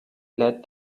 led